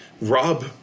Rob